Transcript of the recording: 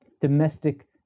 domestic